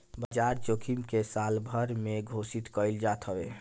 बाजार जोखिम के सालभर पे घोषित कईल जात हवे